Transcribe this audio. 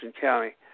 County